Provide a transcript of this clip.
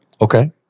Okay